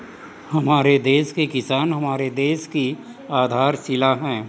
हमारे देश के किसान हमारे देश की आधारशिला है